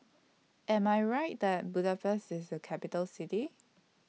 Am I Right that Budapest IS A Capital City